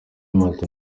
martin